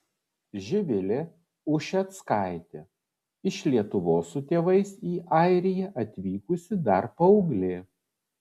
živilė ušeckaitė iš lietuvos su tėvais į airiją atvykusi dar paauglė